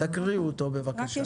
תקריאו אותו בבקשה.